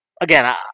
again